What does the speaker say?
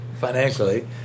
financially